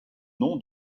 nom